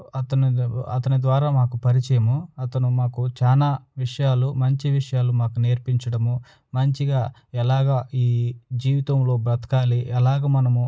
అతని అతని ద్వారా మాకు పరిచయము అతను మాకు చాలా విషయాలు మంచి విషయాలు మాకు నేర్పించడము మంచిగా ఎలా ఈ జీవితంలో బ్రతకాలి ఎలా మనము